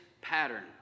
pattern